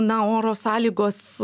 na oro sąlygos